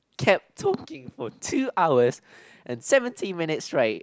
kept talking for two hours and seventeen minutes straight